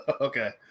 Okay